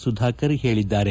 ಸುಧಾಕರ್ ಹೇಳಿದ್ದಾರೆ